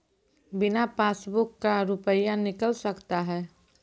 बिना पासबुक का रुपये निकल सकता हैं?